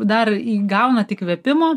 dar įgaunat įkvėpimo